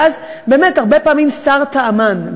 ואז באמת הרבה פעמים סר טעמן,